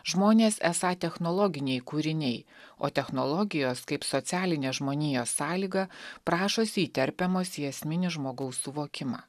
žmonės esą technologiniai kūriniai o technologijos kaip socialinė žmonijos sąlyga prašosi įterpiamos į esminį žmogaus suvokimą